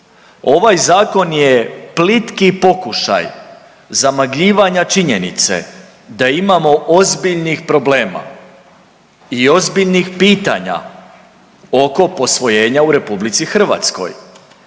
Ovaj zakon je plitki pokušaj zamagljivanja činjenice da imamo ozbiljnih problema i ozbiljnih pitanja oko posvojenja u RH kako